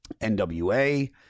nwa